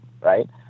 Right